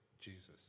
Jesus